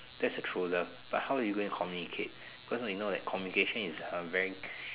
that's the true love but how are you going to communicate because you know that communication is a very